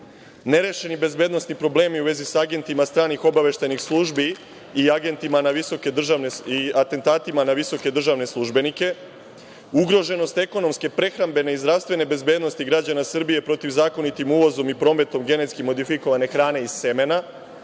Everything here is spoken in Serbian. nerešeni bezbednosti problemi u vezi sa agentima stranih obaveštajnih službi i agentima i atentatima na visoke državne službenike, ugroženost ekonomske prehrambene i zdravstvene bezbednosti građana Srbije protivzakonitim uvozom i prometom genetski modifikovane hrane i semena,